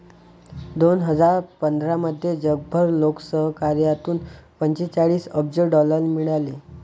दोन हजार पंधरामध्ये जगभर लोकसहकार्यातून पंचेचाळीस अब्ज डॉलर मिळाले